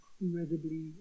incredibly